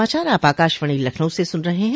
यह समाचार आप आकाशवाणी लखनऊ से सुन रहे हैं